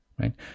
right